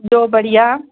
ॿियो बढ़िया